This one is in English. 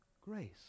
grace